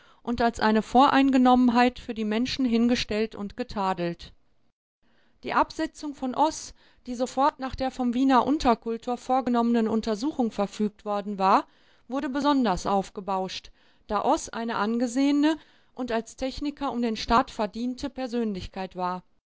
und als eine voreingenommenheit für die menschen hingestellt und getadelt die absetzung von oß die sofort nach der vom wiener unterkultor vorgenommenen untersuchung verfügt worden war wurde besonders aufgebauscht da oß eine angesehene und als techniker um den staat verdiente persönlichkeit war